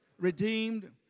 redeemed